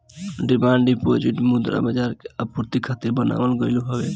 demand deposit मुद्रा बाजार के आपूर्ति खातिर बनावल गईल हवे